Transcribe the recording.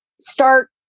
start